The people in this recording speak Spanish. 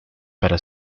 para